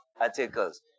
articles